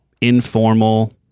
informal